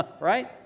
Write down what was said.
Right